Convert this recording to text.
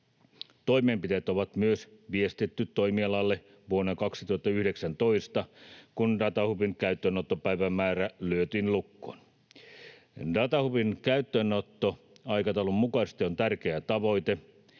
Toimenpiteet on myös viestitty toimialalle vuonna 2019, kun datahubin käyttöönottopäivämäärä lyötiin lukkoon.